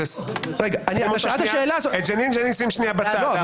אותו שים שנייה בצד.